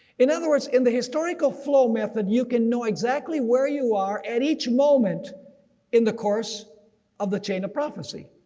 in other words, in the historical flow method you can know exactly where you are at each moment in the course of the chain of prophecy,